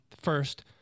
first